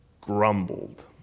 grumbled